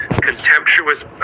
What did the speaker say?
contemptuous